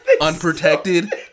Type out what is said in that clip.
unprotected